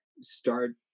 start